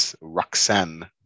Roxanne